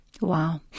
Wow